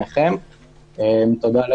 ששם אותו